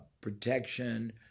protection